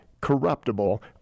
corruptible